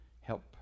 help